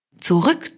Zurück